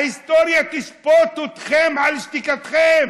ההיסטוריה תשפוט אתכם על שתיקתכם.